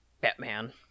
Batman